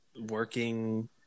working